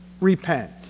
repent